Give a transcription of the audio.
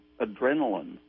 adrenaline